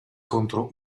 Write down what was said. contro